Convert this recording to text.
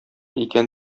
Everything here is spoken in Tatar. икән